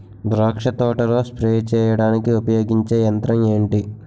ద్రాక్ష తోటలో స్ప్రే చేయడానికి ఉపయోగించే యంత్రం ఎంటి?